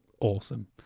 awesome